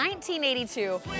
1982